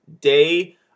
day